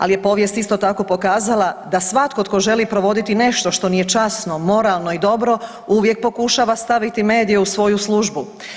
Ali je povijest isto tako pokazala da svatko tko želi provoditi nešto što nije časno, moralno i dobro uvijek pokušava staviti medije u svoju službu.